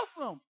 awesome